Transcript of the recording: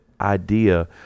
idea